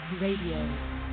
Radio